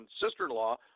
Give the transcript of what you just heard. sister-in-law